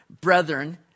brethren